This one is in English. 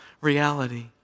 reality